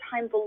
time